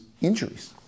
injuries